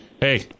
Hey